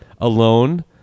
alone